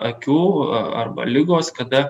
akių arba ligos kada